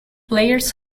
players